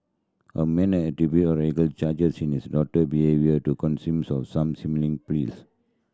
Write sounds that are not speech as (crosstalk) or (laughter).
a man has attributed a radical charges in his daughter behaviour to (unintelligible) of some slimming pills